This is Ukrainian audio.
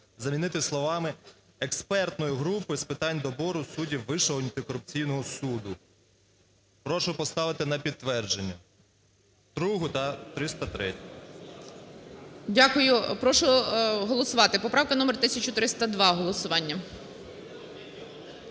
замінити словами "Експертної групи з питань добору суддів Вищого антикорупційного суду". Прошу поставити на підтвердження другу та 303. ГОЛОВУЮЧИЙ. Дякую. Прошу голосувати. Поправка номер 1302 голосування.